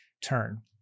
turn